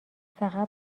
فقط